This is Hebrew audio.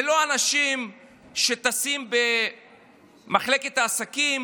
אלה לא אנשים שטסים במחלקת עסקים,